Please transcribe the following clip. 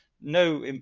No